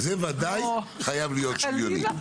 זה בוודאי חייב להיות שוויוני.